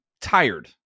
tired